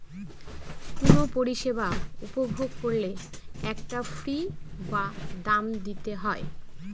কোনো পরিষেবা উপভোগ করলে একটা ফী বা দাম দিতে হয়